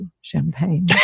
champagne